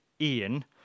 Ian